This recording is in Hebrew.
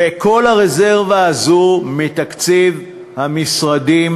וכל הרזרבה הזאת מתקציבי המשרדים,